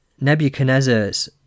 Nebuchadnezzar's